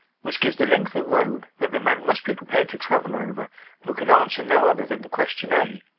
which gives the length of road that the man must be prepared to travel over who can answer no other than the question a.